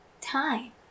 time